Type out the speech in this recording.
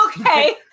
Okay